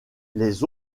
les